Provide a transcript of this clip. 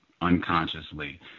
unconsciously